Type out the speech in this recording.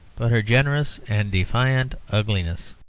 but her generous and defiant ugliness.